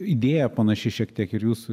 idėja panaši šiek tiek ir jūsų